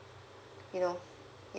you know yeah